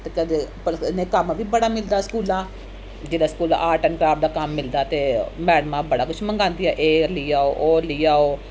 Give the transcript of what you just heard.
अजकल्ल ते भला इ'नें गी कम्म बी बड़ा मिलदा स्कूला जिल्लै स्कूला आर्ट ऐंड क्राफ्ट दा कम्म मिलदा ते मैडमां बड़ा कुछ मंगांदियां एह् लेई आओ ओह् लेई आओ